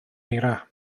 eira